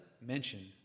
mention